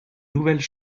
nouvelles